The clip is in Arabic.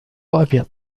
أبيض